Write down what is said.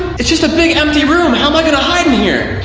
it's just a big empty room. how am i gonna hide in here?